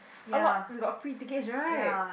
a lot we got free tickets right